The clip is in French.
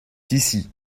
ici